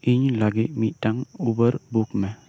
ᱤᱧ ᱞᱟᱹᱜᱤᱫ ᱢᱤᱫᱴᱟᱝ ᱩᱵᱮᱨ ᱵᱩᱠ ᱢᱮ